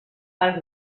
pels